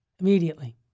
Immediately